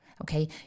Okay